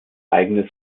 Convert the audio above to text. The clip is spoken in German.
eigenes